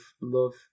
love